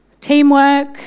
Teamwork